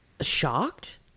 shocked